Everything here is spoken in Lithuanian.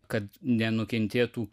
kad nenukentėtų